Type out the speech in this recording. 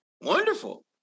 Wonderful